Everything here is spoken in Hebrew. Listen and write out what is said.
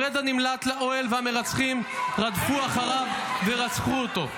פרדה נמלט לאוהל, והמרצחים רדפו אחריו ורצחו אותו.